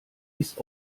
ist